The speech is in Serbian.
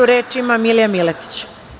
Reč ima Milija Miletić.